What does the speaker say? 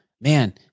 man